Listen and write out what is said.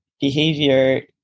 behavior